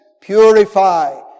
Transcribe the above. purify